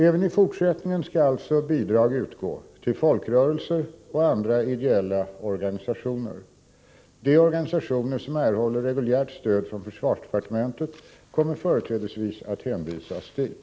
Även i fortsättningen skall alltså bidrag utgå till folkrörelser och andra ideella organisationer. De organisationer som erhåller reguljärt stöd från försvarsdepartementet kommer företrädesvis att hänvisas dit.